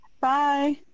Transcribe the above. Bye